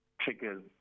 triggers